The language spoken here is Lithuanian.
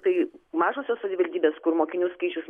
tai mažosios savivaldybės kur mokinių skaičius